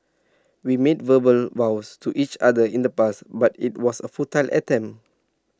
we made verbal vows to each other in the past but IT was A futile attempt